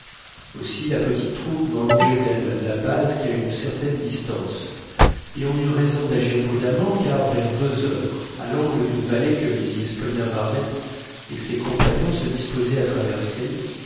aussi la petite troupe n'en longeait elle la base qu'à une certaine distance et on eut raison d'agir prudemment car vers deux heures à l'angle d'une vallée que mrs paulina barnett et ses compagnons se disposaient à traverser